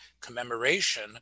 commemoration